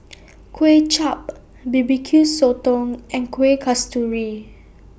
Kuay Chap Barbecue Sotong and Kuih Kasturi